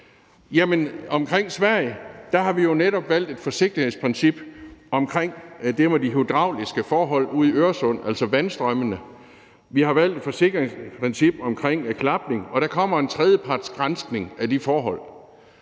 angående Sverige har vi jo netop valgt et forsigtighedsprincip om det med de hydrauliske forhold ude i Øresund, altså vandstrømmene. Vi har valgt et forsigtighedsprincip om klapning. Og der kommer en tredjepartsgranskning af de forhold.